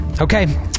Okay